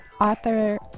author